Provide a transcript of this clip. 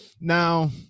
now